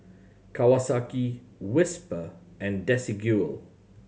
Kawasaki Whisper and Desigual